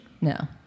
No